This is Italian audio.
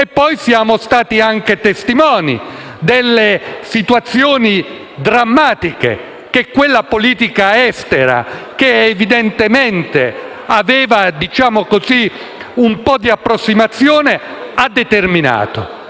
e poi siamo stati anche testimoni delle situazioni drammatiche che quella politica estera, che evidentemente era - diciamo così - un po' approssimativa, ha determinato.